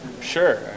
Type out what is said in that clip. Sure